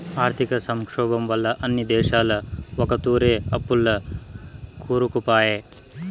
ఆర్థిక సంక్షోబం వల్ల అన్ని దేశాలు ఒకతూరే అప్పుల్ల కూరుకుపాయే